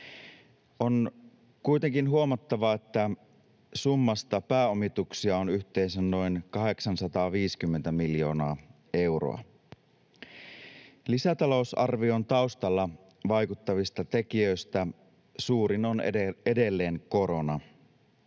On kuitenkin huomattava, että summasta pääomituksia on yhteensä noin 850 miljoonaa euroa. Lisätalousarvion taustalla vaikuttavista tekijöistä suurin on edelleen korona.